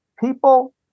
people